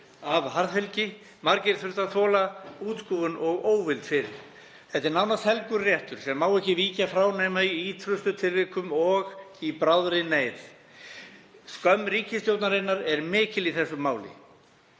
af harðfylgi og margir þurftu að þola útskúfun og óvild fyrir. Þetta er nánast helgur réttur sem má ekki víkja frá nema í ýtrustu tilvikum og í bráðri neyð. Skömm ríkisstjórnarinnar er mikil í þessu máli,